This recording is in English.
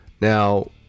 now